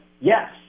yes